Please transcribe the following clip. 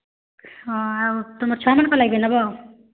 ହଁ ଆଉ ତୁମର୍ ଛୁଆମାନ୍ଙ୍କର୍ ଲାଗି ନେବ